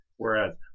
Whereas